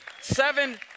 seven